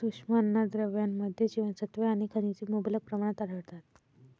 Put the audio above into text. सूक्ष्म अन्नद्रव्यांमध्ये जीवनसत्त्वे आणि खनिजे मुबलक प्रमाणात आढळतात